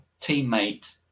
teammate